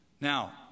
Now